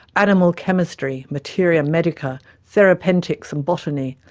animal chemistry, materia medica, therapentics and botany,